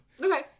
okay